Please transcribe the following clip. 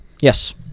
Yes